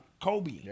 Kobe